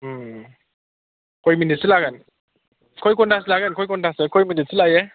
खय मिनिटसो लागोन खय घन्टासो लागोन खय घन्टासो खय मिनिटसो लायो